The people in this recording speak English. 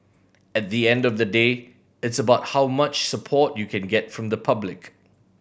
at the end of the day it's about how much support you can get from the public